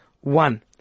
one